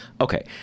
Okay